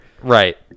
Right